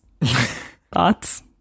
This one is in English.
Thoughts